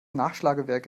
nachschlagewerk